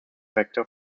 factor